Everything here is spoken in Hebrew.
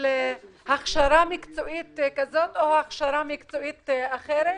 הכשרה מקצועית כזאת או הכשרה מקצועית אחרת,